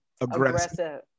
aggressive